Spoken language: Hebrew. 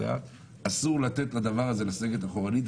אסור לתת לדבר הזה לסגת אחורנית,